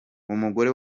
umugore